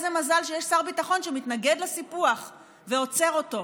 איזה מזל שיש שר ביטחון שמתנגד לסיפוח ועוצר אותו.